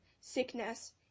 Sickness